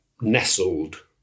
Nestled